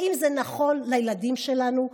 האם זה נכון לילדים שלנו?